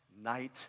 night